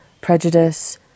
Prejudice